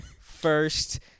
first